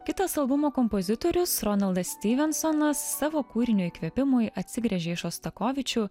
kitas albumo kompozitorius ronaldas styvensonas savo kūrinio įkvėpimui atsigręžė į šostakovičių